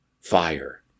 fire